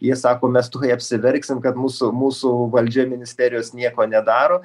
jie sako mes tuoj apsiverksim kad mūsų mūsų valdžia ministerijos nieko nedaro